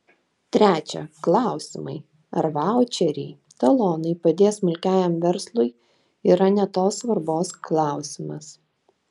trečia klausimai ar vaučeriai talonai padės smulkiajam verslui yra ne tos svarbos klausimas